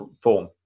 form